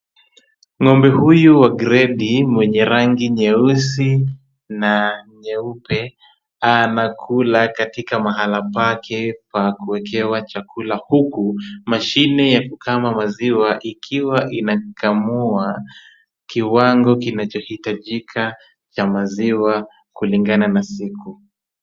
Ngombe huyu wa gredi, mwenye rangi nyeusi na nyeupe, anakula katika mahala pake pa kuekewa chakula, huku machine ya kukama maziwa ikiwa inakamua, kiwango kinachohitajika cha maziwa kulingana na siku.